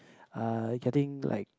uh getting like